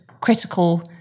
critical